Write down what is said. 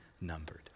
numbered